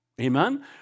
Amen